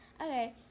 Okay